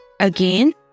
Again